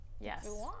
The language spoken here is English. Yes